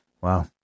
Wow